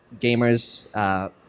gamers